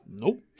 nope